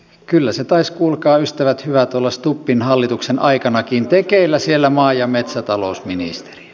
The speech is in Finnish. kyllä se taisi kuulkaa ystävät hyvät olla stubbin hallituksen aikanakin tekeillä siellä maa ja metsätalousministeriössä